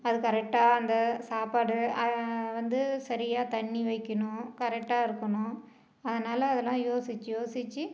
அது கரெக்டாக அந்த சாப்பாடு வந்து சரியாக தண்ணி வைக்கிணும் கரெக்டாக இருக்கணும் அதனால் அதெலாம் யோசிச்சு யோசிச்சு